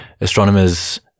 astronomers